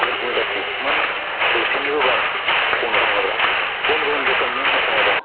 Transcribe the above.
गुबुन गुबुन जाथि गुबुन जौसेनिबो बारा बुंनो थाङोब्ला गुबुन गुबुन रोखोमनि मोसानाय दङ